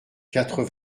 quatre